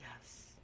yes